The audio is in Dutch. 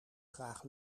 graag